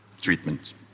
treatment